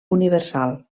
universal